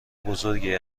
بزرگی